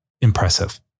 impressive